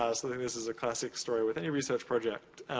i so think this is a classic story with any research project.